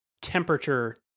temperature